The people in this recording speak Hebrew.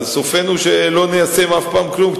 סופנו שלא ניישם אף פעם כלום,